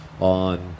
on